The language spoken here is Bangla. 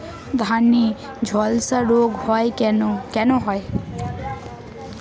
ধানে ঝলসা রোগ কেন হয়?